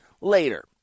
later